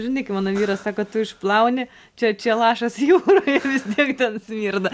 žinai kaip mano vyras sako tu išplauni čia čia lašas jūroje vis tiek ten smirda